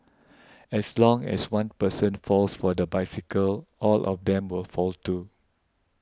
as long as one person falls for the bicycle all of them will fall too